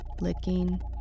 licking